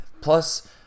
plus